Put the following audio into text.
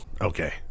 okay